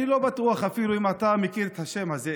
אני לא בטוח אפילו שאתה מכיר את השם הזה,